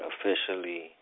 officially